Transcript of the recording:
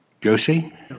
Josie